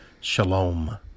Shalom